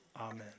Amen